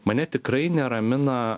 mane tikrai neramina